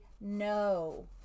no